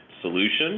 solution